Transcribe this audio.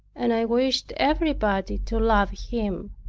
and i wished everybody to love him.